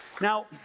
Now